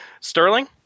Sterling